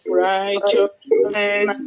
righteousness